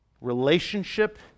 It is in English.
Relationship